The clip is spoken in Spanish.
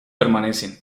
permanecen